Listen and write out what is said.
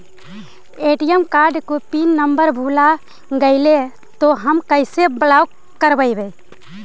ATM card को pin number भुला गैले तौ हम कैसे ब्लॉक करवै?